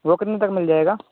वो कितनी तक मिल जाएगा